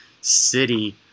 City